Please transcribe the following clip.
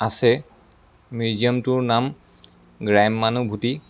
আছে মিউজিয়ামটোৰ নাম গ্ৰাম্যানুভূতি